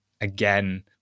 again